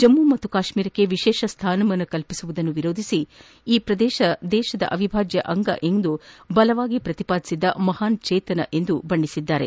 ಜಮ್ಮ ಕಾಶ್ಮೀರಕ್ಕೆ ವಿಶೇಷ ಸ್ಥಾನಮಾನ ಒದಗಿಸುವುದನ್ನು ವಿರೋಧಿಸಿ ಈ ಪ್ರದೇಶ ದೇಶದ ಅವಿಭಾಜ್ಯ ಅಂಗ ಎಂದು ಬಲವಾಗಿ ಪ್ರಕಿಪಾದಿಸಿದ್ದ ಮಹಾನ್ ಜೀತನ ಎಂದು ಬಣ್ಣಿಸಿದ್ದಾರೆ